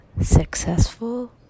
successful